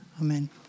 Amen